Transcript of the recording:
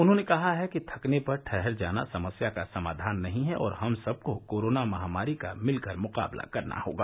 उन्होंने कहा है कि थकने पर ठहर जाना समस्या का समाधान नहीं है और हम सबको कोरोना महामारी का मिलकर मुकाबला करना होगा